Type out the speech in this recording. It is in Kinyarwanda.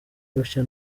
gutya